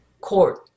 court